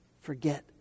forget